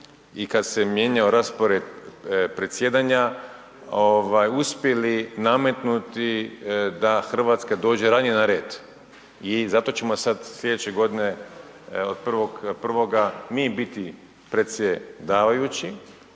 i kada se mijenjao raspored predsjedanja uspjeli nametnuti da Hrvatska dođe ranije na red i zato ćemo sad sljedeće godine od 1.1. mi biti predsjedavajući.